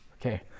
Okay